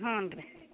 ಹ್ಞೂ ರೀ